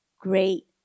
great